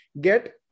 get